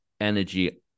energy